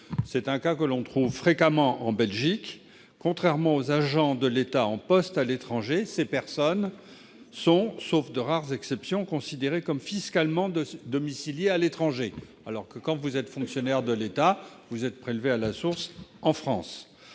C'est un cas que l'on rencontre fréquemment en Belgique. Contrairement aux agents de l'État en poste à l'étranger, ces personnes sont, sauf rares exceptions, considérées comme fiscalement domiciliées à l'étranger, alors qu'un fonctionnaire de l'État est prélevé à la source en France.